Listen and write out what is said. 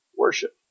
worship